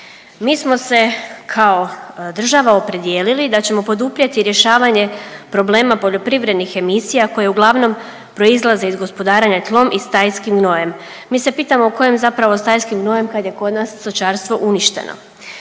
Mi smo se kao država opredijelili da ćemo poduprijeti rješavanje problema poljoprivrednih emisija koje uglavnom proizlaze iz gospodarenja tlom i stajskim gnojem. Mi se pitamo kojim zapravo stajskim gnojem kad je kod nas stočarstvo uništeno.